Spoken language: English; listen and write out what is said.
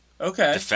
Okay